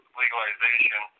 legalization